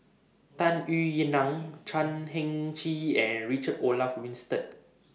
Tung Yue Nang Chan Heng Chee and Richard Olaf Winstedt